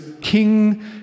king